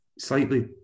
Slightly